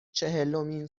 چهلمین